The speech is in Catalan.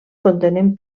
contenen